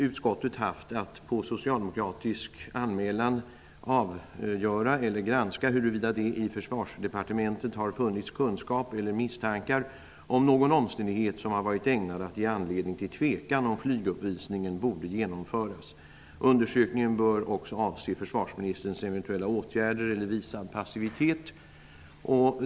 Utskottet har haft att efter socialdemokratisk anmälan granska ''huruvida det i försvarsdepartementet har funnits kunskap eller misstankar om någon omständighet som har varit ägnad att ge anledning till tvekan om flyguppvisningen borde genomföras. Undersökningen bör också avse försvarsministerns eventuella åtgärder eller visad passivitet.''